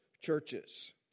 churches